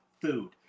food